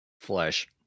Flesh